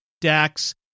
Dax